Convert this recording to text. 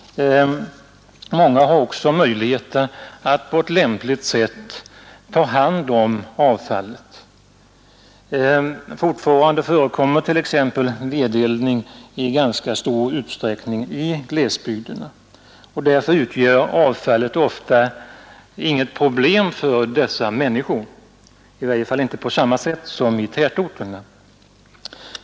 Många har också möjlighet att på ett lämpligt sätt ta hand om avfallet. Fortfarande förekommer t.ex. vedeldning i ganska stor utsträckning i glesbygderna. Därför utgör avfallet ofta inget problem för människorna där, i varje fall inte på samma sätt som i tätorterna.